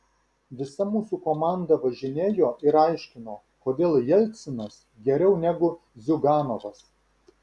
visa mūsų komanda važinėjo ir aiškino kodėl jelcinas geriau negu ziuganovas